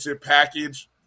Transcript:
package